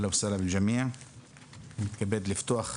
אני מתכבד לפתוח